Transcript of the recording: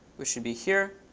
which should be here.